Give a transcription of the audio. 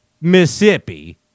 Mississippi